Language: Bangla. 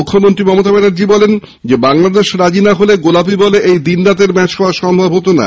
মুখ্যমন্ত্রী মমতা ব্যানার্জী বলেন বাংলাদেশ রাজি না হলে গোলাপী বলে এই দিন রাতের ম্যাচ হওয়া সম্ভব হত না